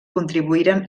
contribuïren